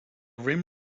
rim